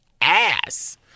ass